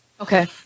Okay